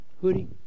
hoodie